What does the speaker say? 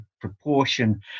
proportion